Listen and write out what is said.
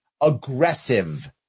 Aggressive